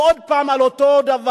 ועוד פעם על אותו דבר,